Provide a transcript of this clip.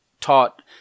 taught